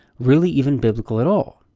really even biblical at all?